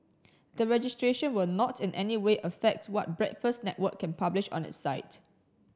the registration will not in any way affect what Breakfast Network can publish on its site